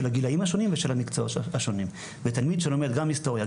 של הגילאים השונים ושל המקצועות השונים ותלמיד שלומד גם היסטוריה,